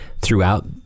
throughout